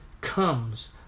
comes